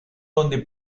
donde